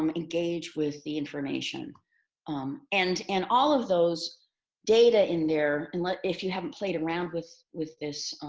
um engage with the information um and and all of those data in there, and like if you haven't played around with with this,